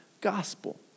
gospel